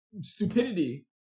stupidity